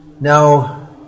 Now